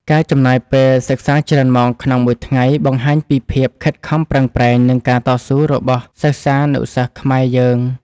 ការចំណាយពេលសិក្សាច្រើនម៉ោងក្នុងមួយថ្ងៃបង្ហាញពីភាពខិតខំប្រឹងប្រែងនិងការតស៊ូរបស់សិស្សានុសិស្សខ្មែរយើង។